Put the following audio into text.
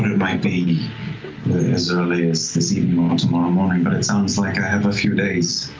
it might be as early as this evening or tomorrow morning but it sounds like i have a few days.